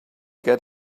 get